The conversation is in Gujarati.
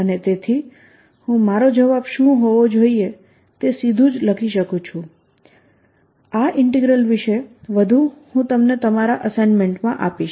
અને તેથી હું મારો જવાબ શું હોવો જોઈએ તે સીધુ જ લખી શકું છું આ ઇન્ટિગ્રલ વિષે વધુ હું તમને તમારા એસાઇન્મેન્ટ માં આપીશ